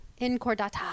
Incordata